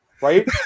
Right